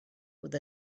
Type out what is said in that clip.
with